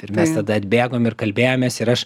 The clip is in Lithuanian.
ir mes tada atbėgom ir kalbėjomės ir aš